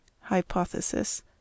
Hypothesis